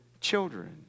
children